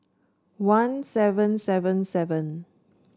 one seven seven seven